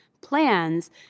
plans